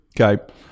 okay